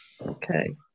Okay